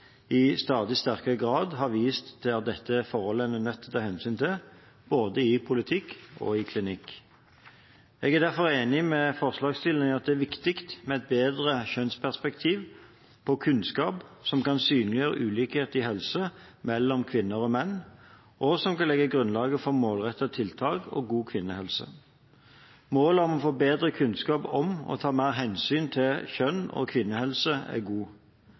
i stadig sterkere grad har vist at vi er nødt til å ta hensyn til dette forholdet, både i politikk og i klinikk. Jeg er derfor enig med forslagsstillerne i at det er viktig med et bredere kjønnsperspektiv på kunnskap, som kan synliggjøre ulikhet i helse mellom kvinner og menn, og som kan legge grunnlaget for målrettede tiltak og god kvinnehelse. Målet om å få bedre kunnskap om og å ta mer hensyn til kjønn og kvinnehelse er